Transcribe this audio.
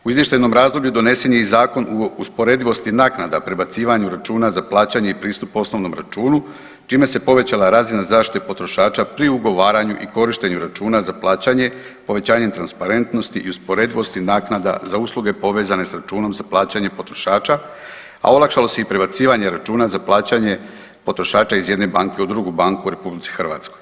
U izvještajnom razdoblju donesen je i Zakon o usporedivosti naknada prebacivanju računa za plaćanje i pristup osnovnom računu čime se povećala razina zaštite potrošača pri ugovaranju i korištenju računa za plaćanje, povećanjem transparentnosti i usporedivosti naknada za usluge povezane s računom za plaćanje potrošača, a olakšalo se i prebacivanje računa za plaćanje potrošača iz jedne banke u drugu banku u RH.